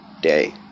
day